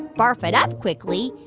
barf it up quickly,